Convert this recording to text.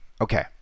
Okay